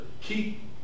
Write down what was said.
keep